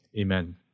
amen